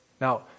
Now